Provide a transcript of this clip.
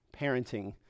parenting